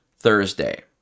thursday